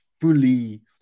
fully